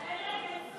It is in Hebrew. לא.